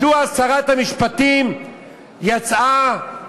מדוע שרת המשפטים יצאה,